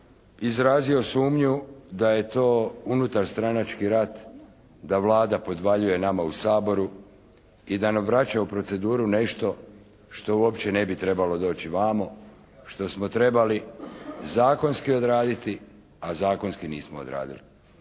izrazio sumnju da je to unutar stranački rad, da Vlada podvaljuje nama u Saboru i da nam vraća u proceduru nešto što uopće ne bi trebalo doći 'vamo, što smo trebali zakonski odraditi a zakonski nismo odradili.